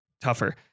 tougher